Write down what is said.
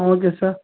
okay sir